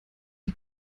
die